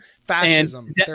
Fascism